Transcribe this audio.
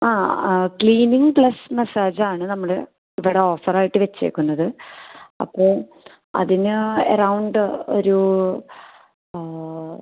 ആ ആ cleaning plus massage ആണ് നമ്മൾ ഇവിടെ ഓഫർ ആയിട്ട് വെച്ചിരിക്കുന്നത് അപ്പോൾ അതിന് എറൗണ്ട് ഒരു